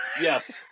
Yes